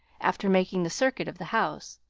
after making the circuit of the house.